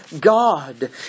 God